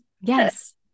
Yes